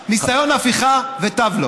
פוטש, ניסיון הפיכה ותו לא.